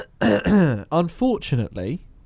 Unfortunately